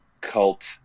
cult